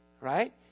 Right